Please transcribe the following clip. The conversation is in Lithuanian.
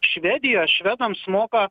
švedija švedams moka